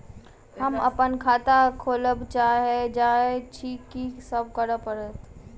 हम अप्पन खाता खोलब चाहै छी की सब करऽ पड़त?